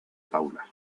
paula